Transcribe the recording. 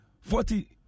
forty